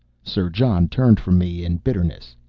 sir john turned from me in bitterness.